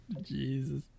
Jesus